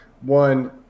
one